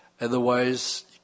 Otherwise